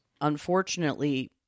Unfortunately